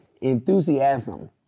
enthusiasm